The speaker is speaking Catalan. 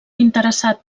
interessat